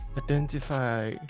identify